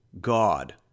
God